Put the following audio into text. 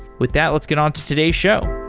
with that, let's get on to today's show.